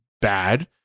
bad